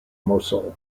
mosul